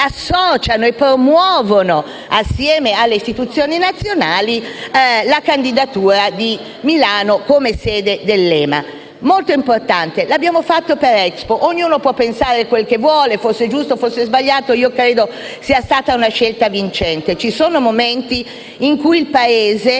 e promuovono, assieme alle istituzioni nazionali, la candidatura di Milano come sede dell'EMA. Molto importante, l'abbiamo fatto per Expo: ognuno può pensare quel che vuole, forse è stato giusto, forse è stato sbagliato, ma io credo sia stata una scelta vincente. Ci sono momenti in cui il Paese